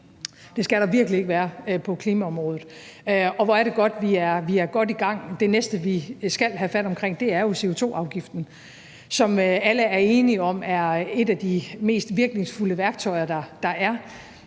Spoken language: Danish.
det skal der virkelig ikke være. Og hvor er det godt, at vi er godt i gang. Den næste, vi skal have fat på, af CO2-afgiften, som alle er enige om er et af de mest virkningsfulde værktøjer, der er.